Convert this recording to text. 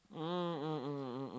mm mm mm mm mm